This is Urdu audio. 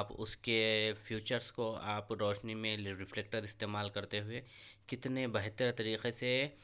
آپ اس کے فیوچرس کو آپ روشنی میں ریفلیکٹر استعمال کرتے ہوئے کتنے بہتر طریقے سے